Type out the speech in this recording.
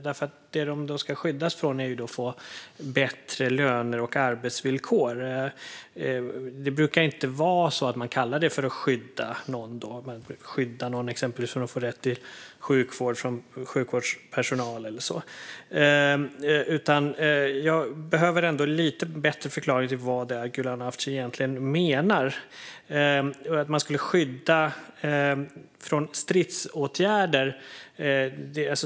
Det de ska skyddas från är att få bättre löner och arbetsvillkor. Man brukar inte kalla det för att skydda någon. Man brukar inte säga att man skyddar någon exempelvis från att få rätt till sjukvård. Jag behöver en lite bättre förklaring: Vad är det Gulan Avci egentligen menar? Man skulle skydda dem från stridsåtgärder.